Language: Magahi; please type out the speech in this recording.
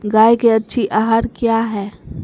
गाय के अच्छी आहार किया है?